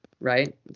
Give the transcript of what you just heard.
right